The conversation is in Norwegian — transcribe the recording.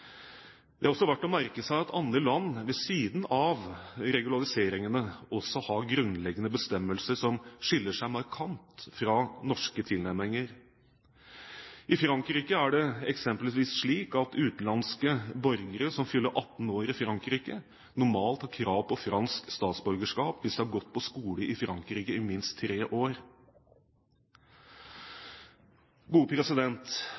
Det er også verdt å merke seg at andre land ved siden av regulariseringene også har grunnleggende bestemmelser som skiller seg markant fra norske tilnærminger. I Frankrike er det eksempelvis slik at utenlandske borgere som fyller 18 år mens de er i Frankrike, normalt har krav på fransk statsborgerskap hvis de har gått på skole i Frankrike i minst tre